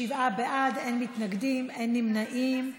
שבעה בעד, אין מתנגדים, אין נמנעים.